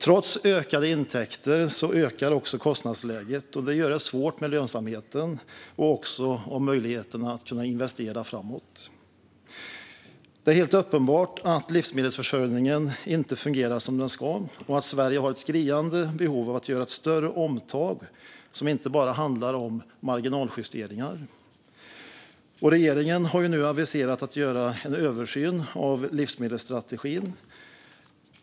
Trots ökade intäkter ökar nämligen också kostnadsläget, och det gör det svårt med lönsamheten och möjligheten att investera framåt. Det är helt uppenbart att livsmedelsförsörjningen inte fungerar som den ska och att Sverige har ett skriande behov av ett större omtag som inte bara handlar om marginaljusteringar. Regeringen har nu aviserat en översyn av livsmedelsstrategin.